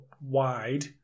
wide